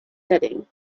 setting